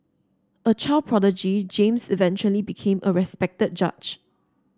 a child prodigy James eventually became a respected judge